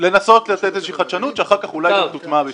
לנסות לתת איזושהי חדשנות שאחר כך אולי תוטמע בפנים,